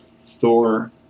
Thor